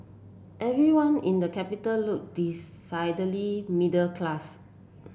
everyone in the capital look decidedly middle class